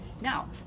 now